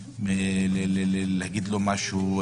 להגיד לו משהו,